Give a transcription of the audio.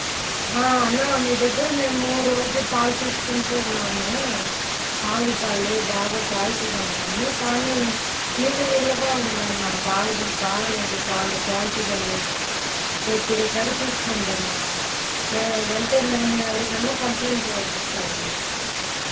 అన్న మీ దగ్గర మేము రోజు పాలు తీసుకుంటు ఉన్నాము ఆవు పాలు బాగా క్వాలిటీగా ఉందని కానీ నీళ్ళు నీళ్ళుగా ఉందన్న బాగా బాగాలేదు పాలు క్వాలిటీగా లేదు కొద్దిగా సరి చూసుకోండి అన్నా లేదంటే మేము ఎవరికైనా కంప్లైంట్ చెయ్యాల్సి వస్తుంది